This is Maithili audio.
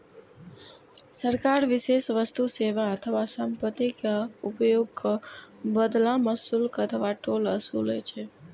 सरकार विशेष वस्तु, सेवा अथवा संपत्तिक उपयोगक बदला मे शुल्क अथवा टोल ओसूलै छै